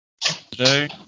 today